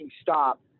stop